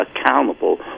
accountable